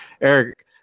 Eric